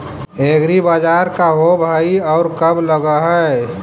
एग्रीबाजार का होब हइ और कब लग है?